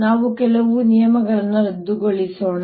ನಾವು ಕೆಲವು ನಿಯಮಗಳನ್ನು ರದ್ದುಗೊಳಿಸೋಣ